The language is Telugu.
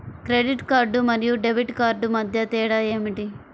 క్రెడిట్ కార్డ్ మరియు డెబిట్ కార్డ్ మధ్య తేడా ఏమిటి?